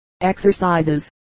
Exercises